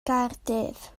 gaerdydd